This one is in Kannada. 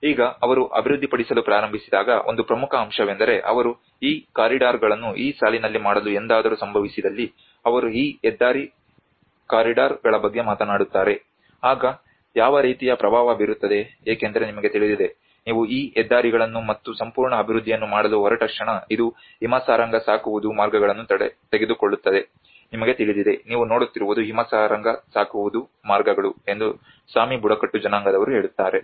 ಈಗ ಅವರು ಅಭಿವೃದ್ಧಿಪಡಿಸಲು ಪ್ರಾರಂಭಿಸಿದಾಗ ಒಂದು ಪ್ರಮುಖ ಅಂಶವೆಂದರೆ ಅವರು ಈ ಕಾರಿಡಾರ್ಗಳನ್ನು ಈ ಸಾಲಿನಲ್ಲಿ ಮಾಡಲು ಎಂದಾದರೂ ಸಂಭವಿಸಿದಲ್ಲಿ ಅವರು ಈ ಹೆದ್ದಾರಿ ಕಾರಿಡಾರ್ಗಳ ಬಗ್ಗೆ ಮಾತನಾಡುತ್ತಾರೆ ಆಗ ಯಾವ ರೀತಿಯ ಪ್ರಭಾವ ಬೀರುತ್ತದೆ ಏಕೆಂದರೆ ನಿಮಗೆ ತಿಳಿದಿದೆ ನೀವು ಈ ಹೆದ್ದಾರಿಗಳನ್ನು ಮತ್ತು ಸಂಪೂರ್ಣ ಅಭಿವೃದ್ಧಿಯನ್ನು ಮಾಡಲು ಹೊರಟ ಕ್ಷಣ ಇದು ಹಿಮಸಾರಂಗ ಸಾಕುವುದು ಮಾರ್ಗಗಳನ್ನು ತೆಗೆದುಕೊಳ್ಳುತ್ತದೆ ನಿಮಗೆ ತಿಳಿದಿದೆ ನೀವು ನೋಡುತ್ತಿರುವುದು ಹಿಮಸಾರಂಗ ಸಾಕುವುದು ಮಾರ್ಗಗಳು ಎಂದು ಸಾಮಿ ಬುಡಕಟ್ಟು ಜನಾಂಗದವರು ಹೇಳುತ್ತಾರೆ